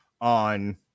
on